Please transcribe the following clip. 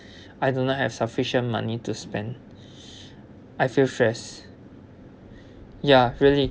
I do not have sufficient money to spend I feel stress ya really